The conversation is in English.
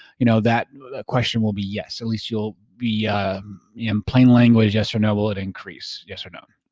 you know that question will be yes at least you'll be in plain language yes or no will it increase yes or no.